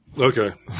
Okay